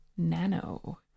Nano